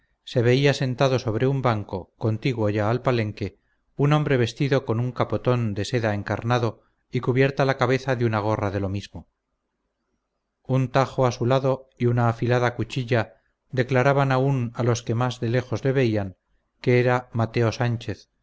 se veía sentado sobre un banco contiguo ya al palenque un hombre vestido con un capotón de seda encarnado y cubierta la cabeza de una gorra de lo mismo un tajo a su lado y una afilada cuchilla declaraban aun a los que más de lejos le veían que era mateo sánchez